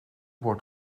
wordt